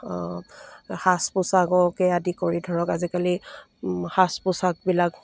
সাজ পোছাককে আদি কৰি ধৰক আজিকালি সাজ পোছাকবিলাক